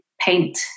paint